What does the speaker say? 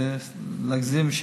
להגזים,